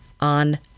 on